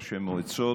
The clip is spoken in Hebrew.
ראשי מועצות.